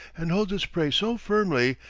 and holds his prey so firmly,